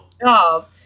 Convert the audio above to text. job